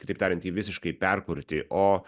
kitaip tariant jį visiškai perkurti o